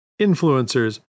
influencers